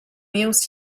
meals